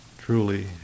truly